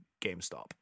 GameStop